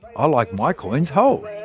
i like my coins whole